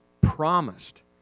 promised